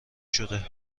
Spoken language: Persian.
شده